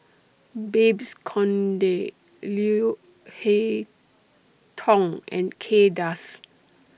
Babes Conde Leo Hee Tong and Kay Das